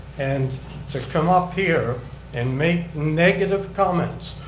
and to come up here and make negative comments,